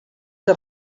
que